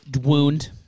Wound